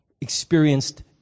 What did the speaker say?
experienced